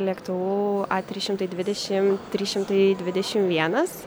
lėktuvu a trys šimtai dvidešim trys šimtai dvidešim vienas